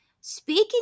Speaking